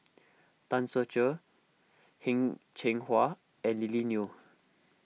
Tan Ser Cher Heng Cheng Hwa and Lily Neo